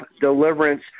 deliverance